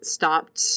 stopped